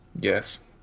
Yes